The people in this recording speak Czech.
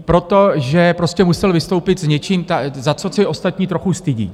Protože prostě musel vystoupit s něčím, za co se ostatní trochu stydí.